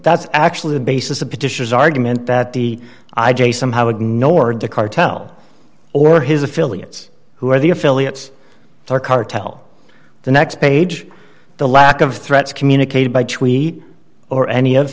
that's actually the basis of petitions argument that the i j somehow ignored the cartel or his affiliates who are the affiliates or cartel the next page the lack of threats communicated by tweet or any of